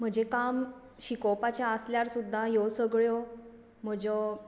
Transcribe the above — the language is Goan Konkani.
म्हजें काम शिकोवपाचें आसल्यार सुद्दां ह्यो सगळ्यो म्हज्यो